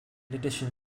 addition